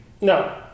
No